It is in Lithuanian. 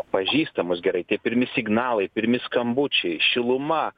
pažįsta mus gerai tie pirmi signalai pirmi skambučiai šiluma